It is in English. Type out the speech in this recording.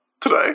today